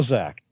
Zach